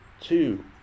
two